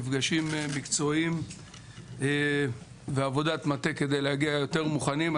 מפגשים מקצועיים ועבודת מטה כדי להגיע יותר מוכנים.